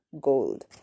gold